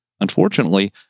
Unfortunately